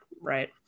right